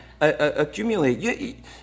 accumulate